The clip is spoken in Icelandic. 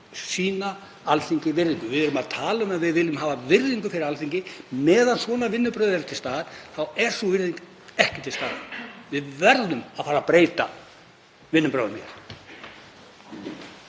sýna Alþingi virðingu. Við tölum um að við viljum bera virðingu fyrir Alþingi, en á meðan svona vinnubrögð eru til staðar þá er sú virðing ekki til staðar. Við verðum að fara að breyta vinnubrögðunum hér.